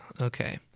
Okay